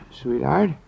sweetheart